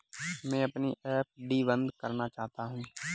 मैं अपनी एफ.डी बंद करना चाहता हूँ